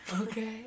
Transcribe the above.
Okay